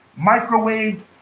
microwaved